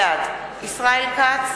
בעד ישראל כץ,